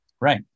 Right